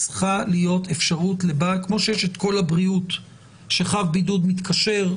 צריכה להיות אפשרות - כמו שיש את קול הבריאות לשם חב בידוד מתקשר,